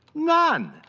none.